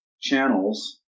channels